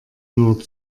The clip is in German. nur